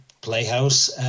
Playhouse